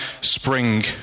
spring